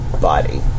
body